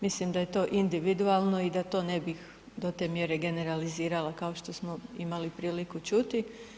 Mislim da je to individualno i da to ne bih do te mjere generalizirala kao što smo imali priliku čuti.